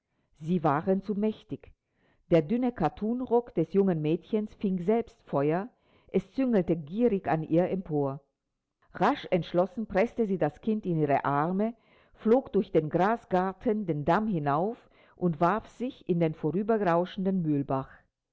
sie waren zu mächtig der dünne kattunrock des jungen mädchens fing selbst feuer es züngelte gierig an ihr empor rasch entschlossen preßte sie das kind in ihre arme flog durch den grasgarten den damm hinauf und warf sich in den vorüberrauschenden mühlbach